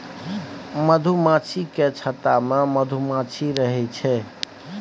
मधुमाछी केर छत्ता मे मधुमाछी रहइ छै